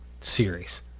series